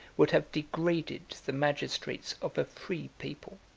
would have degraded the magistrates of a free people.